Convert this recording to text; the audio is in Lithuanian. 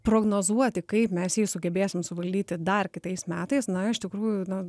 prognozuoti kaip mes jį sugebėsim suvaldyti dar kitais metais na iš tikrųjų na